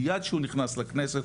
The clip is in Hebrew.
מיד שהוא נכנס לכנסת,